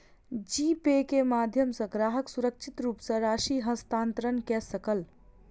जी Pay के माध्यम सॅ ग्राहक सुरक्षित रूप सॅ राशि हस्तांतरण कय सकल